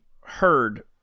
heard